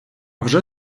вже